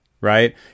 right